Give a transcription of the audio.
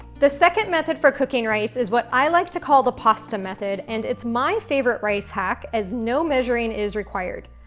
the second method for cooking rice is what i like to call the pasta method, and it's my favorite rice hack, as no measuring is required.